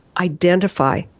identify